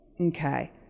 Okay